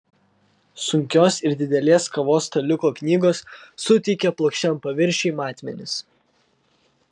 sunkios ir didelės kavos staliuko knygos suteikia plokščiam paviršiui matmenis